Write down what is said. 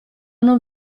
non